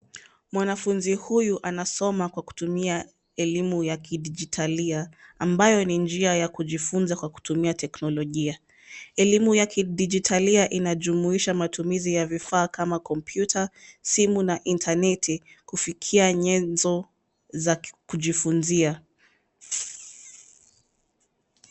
Mwanafunzi huyu anasoma kwa kutumia elimu ya kidijitalia ambayo ni njia ya kujifunza kwa kutumia teknolojia. Elimu ya kidijitalia inajumuisha matumizi ya vifaa kama kompyuta, simu na intaneti kufikia nyenzo za kujifunzia.